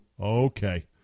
Okay